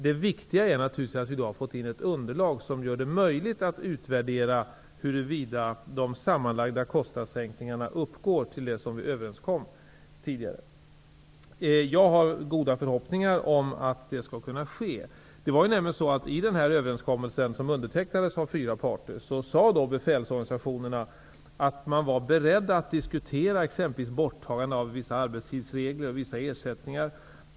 Det viktiga är naturligtvis att vi då har fått in ett underlag som gör det möjligt att utvärdera huruvida de sammanlagda kostnadssänkningarna uppgår till det som vi kom överens om tidigare. Jag har goda förhoppningar om att det skall kunna ske. I den överenskommelse som undertecknades av fyra parter sade befälsorganisationerna nämligen att de var beredda att diskutera exempelvis borttagande av vissa arbetstidsregler och vissa ersättningar.